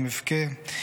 אם אבכה,